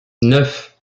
neuf